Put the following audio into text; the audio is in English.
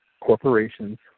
corporations